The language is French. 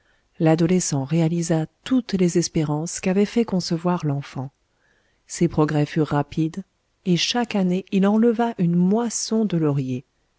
l'adolescent réalisa toutes les espérances qu'avait fait concevoir l'enfant ses progrès furent rapides et chaque année il enleva une moisson de lauriers